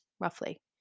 roughly